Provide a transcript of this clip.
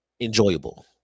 enjoyable